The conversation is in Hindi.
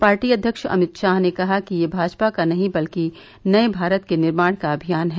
पार्टी अव्यक्ष अमित शाह ने कहा कि यह भाजपा का नहीं बल्कि नये भारत के निर्माण का अभियान है